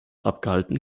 abgehalten